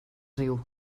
riu